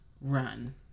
run